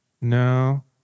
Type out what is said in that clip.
No